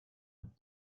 opt